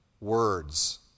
words